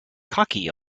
cocky